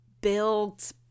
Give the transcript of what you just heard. built